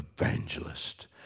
evangelist